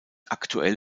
aktuell